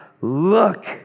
Look